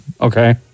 Okay